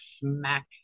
smack